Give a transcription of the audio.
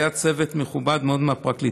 היה צוות מכובד מאוד מהפרקליטות,